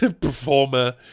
performer